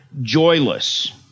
joyless